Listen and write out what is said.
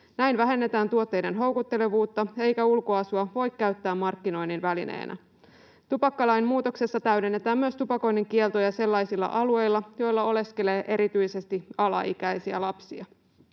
Näin vähennetään tuotteiden houkuttelevuutta eikä ulkoasua voi käyttää markkinoinnin välineenä. Tupakkalain muutoksessa täydennetään myös tupakoinnin kieltoja sellaisilla alueilla, joilla oleskelee erityisesti alaikäisiä lapsia.